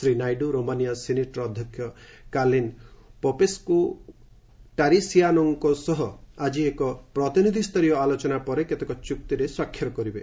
Shri Naidu Romania ସିନେଟ୍ର ଅଧ୍ୟକ୍ଷ Calin Popescu ଟାରିସିଆନୋଙ୍କ ସହ ଆଜି ଏକ ପ୍ରତିନିଧି ସ୍ତରୀୟ ଆଲୋଚନା ପରେ କେତେକ ଚୁକ୍ତିରେ ସ୍ୱାକ୍ଷର କରିବେ